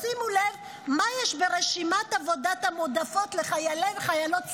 ותשימו לב מה יש ברשימת העבודות המועדפות לחיילי וחיילות צה"ל,